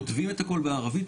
כותבים את הכל בערבית,